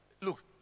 look